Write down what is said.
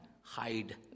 hide